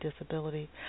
disability